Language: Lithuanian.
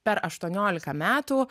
per aštuoniolika metų